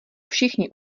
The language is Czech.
všichni